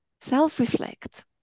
self-reflect